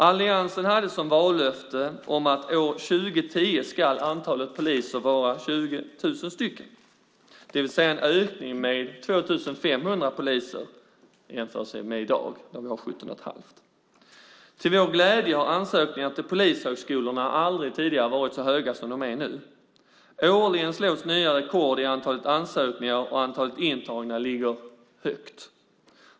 Alliansen hade som vallöfte att antalet poliser år 2010 ska vara 20 000, det vill säga en ökning med 2 500 poliser jämfört med i dag, då vi har 17 500. Till vår glädje har ansökningarna till polishögskolorna aldrig tidigare varit så många som de är nu. Årligen slås nya rekord i antalet ansökningar, och antalet intagna ligger högt.